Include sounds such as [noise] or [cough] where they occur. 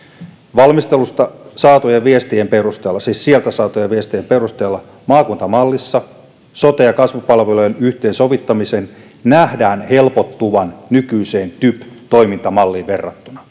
valmistelusta saatujen viestien perusteella siis sieltä saatujen viestien perusteella maakuntamallissa sote ja kasvupalvelujen yhteensovittamisen nähdään helpottuvan nykyiseen typ toimintamalliin verrattuna [unintelligible]